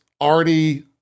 already